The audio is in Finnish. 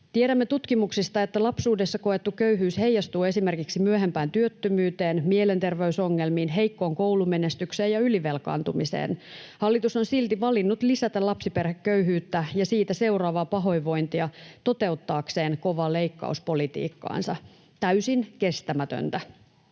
Tiedämme tutkimuksista, että lapsuudessa koettu köyhyys heijastuu esimerkiksi myöhempään työttömyyteen, mielenterveysongelmiin, heikkoon koulumenestykseen ja ylivelkaantumiseen. Hallitus on silti valinnut lisätä lapsiperheköyhyyttä ja siitä seuraavaa pahoinvointia toteuttaakseen kovaa leikkauspolitiikkaansa. Täysin kestämätöntä.